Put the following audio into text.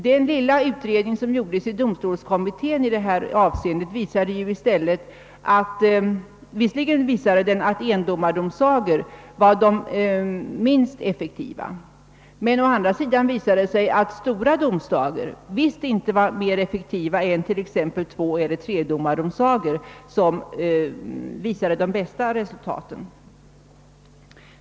Den mycket begränsade utredning som gjordes av domstolskommittén i detta avseende visade visserligen att endomardomsagor var minst effektiva; stora domsagor var emellertid inte alls mer effektiva än t.ex. tvåeller tredomardomsagor, vilka hade de bästa resultaten.